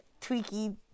tweaky